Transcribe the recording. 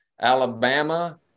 Alabama